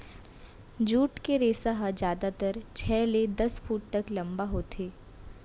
jute के रेसा ह जादातर छै ले दस फूट तक लंबा होथे